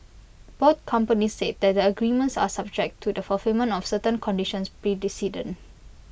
both companies said that the agreements are subject to the fulfilment of certain conditions precedent